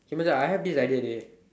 okay Macha I have this idea dey